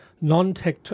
non-tech